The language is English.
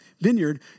vineyard